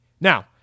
Now